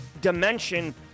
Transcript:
dimension